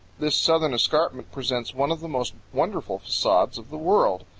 this southern escarpment presents one of the most wonderful facades of the world.